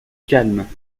calme